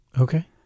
Okay